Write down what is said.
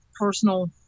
personal